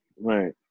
Right